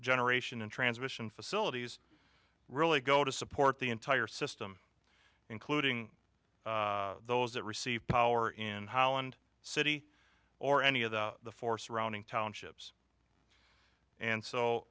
generation and transmission facilities really go to support the entire system including those that receive power in holland city or any of the four surrounding townships and so